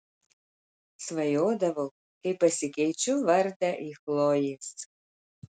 svajodavau kaip pasikeičiu vardą į chlojės